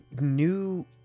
new